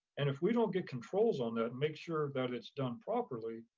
and if we don't get controls on that, make sure that it's done properly,